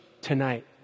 tonight